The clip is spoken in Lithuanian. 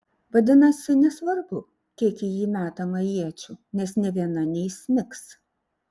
vadinasi nesvarbu kiek į jį metama iečių nes nė viena neįsmigs